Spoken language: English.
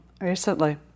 recently